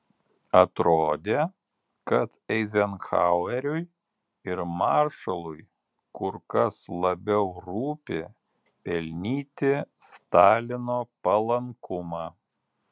atrodė kad eizenhaueriui ir maršalui kur kas labiau rūpi pelnyti stalino palankumą